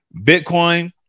Bitcoin